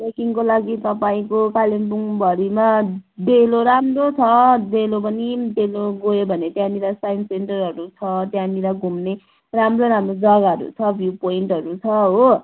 ट्रेकिङको लागि तपाईँको कालिम्पोङभरिमा डेलो राम्रो छ डेलो पनि डेलो गयो भने चाहिँ त्यहाँनिर साइन्स सेन्टरहरू छ त्यहाँनिर घुम्ने राम्रो राम्रो जग्गाहरू छ भ्यु पोइन्टहरू छ हो